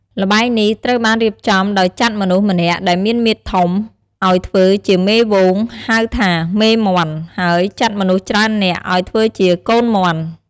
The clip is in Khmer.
ល្បែងនេះត្រូវបានរៀបចំដោយចាត់មនុស្សម្នាក់ដែលមានមាឌធំ ឲ្យធ្វើជាមេហ្វូង ហៅថា "មេមាន់" ហើយចាត់មនុស្សច្រើននាក់ឲ្យធ្វើជាកូនមាន់។